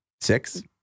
six